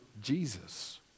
Jesus